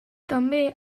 també